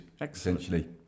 essentially